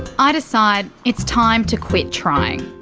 i decide it's time to quit trying.